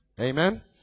amen